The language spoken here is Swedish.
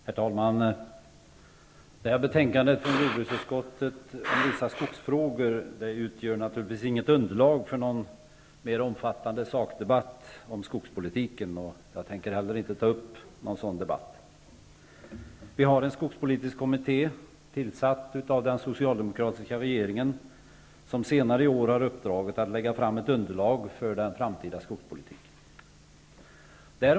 Herr talman! Det här betänkandet från jordbruksutskottet om vissa skogsfrågor utgör naturligtvis inget underlag för någon mer omfattande sakdebatt om skogspolitiken. Jag skall inte heller ta upp någon sådan debatt. Vi har en skogspolitisk kommitté, tillsatt av den socialdemokratiska regeringen. Den har i uppdrag att senare i år lägga fram ett förslag till den framtida skogspolitiken.